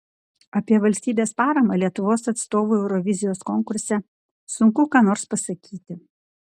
apie valstybės paramą lietuvos atstovui eurovizijos konkurse sunku ką nors pasakyti